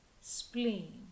spleen